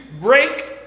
break